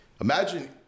imagine